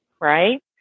Right